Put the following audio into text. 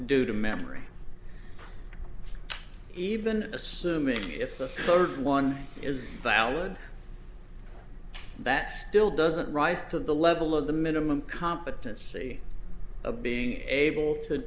due to memory even assuming if the third one is valid that still doesn't rise to the level of the minimum competency of being able to